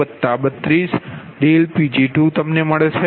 36Pg232Pg2 છે